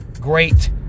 great